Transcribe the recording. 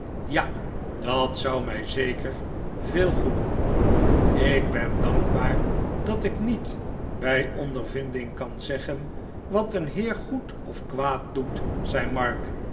ja dat zou mij zeker veel goed doen ik ben dankbaar dat ik niet bij ondervinding kan zeggen wat een heer goed of kwaad doet zei mark